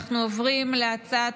אנחנו עוברים להצעת